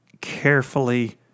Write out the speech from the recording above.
carefully